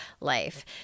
life